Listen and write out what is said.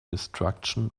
destruction